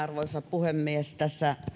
arvoisa puhemies tässä